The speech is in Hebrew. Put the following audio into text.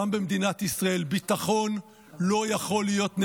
גם במדינת ישראל ביטחון לא יכול להיות נדבה,